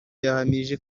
yahamije